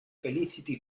felicity